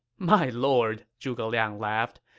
my lord, zhuge liang laughed.